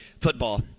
football